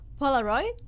polaroid